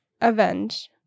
avenged